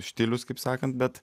štilius kaip sakant bet